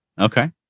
okay